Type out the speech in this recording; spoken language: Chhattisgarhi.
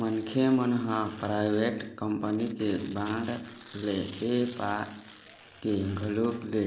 मनखे मन ह पराइवेट कंपनी के बांड ल ऐ पाय के घलोक ले